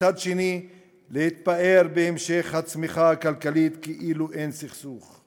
ומצד שני התפאר בהמשך הצמיחה הכלכלית כאילו אין סכסוך.